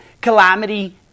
calamity